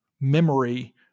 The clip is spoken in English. memory